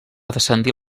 descendir